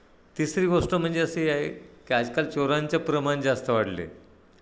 तिसरी गोष्ट म्हणजे अशी आहे की आजकाल चोरांचे प्रमाण जास्त वाढले